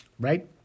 Right